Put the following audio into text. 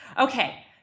Okay